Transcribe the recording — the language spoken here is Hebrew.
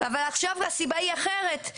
אבל עכשיו הסיבה היא אחרת,